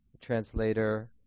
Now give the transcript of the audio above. translator